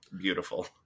beautiful